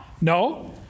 No